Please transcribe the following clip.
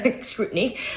scrutiny